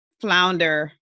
flounder